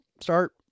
start